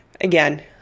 again